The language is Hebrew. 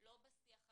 לא בשיח הרציונלי.